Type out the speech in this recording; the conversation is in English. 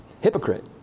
Hypocrite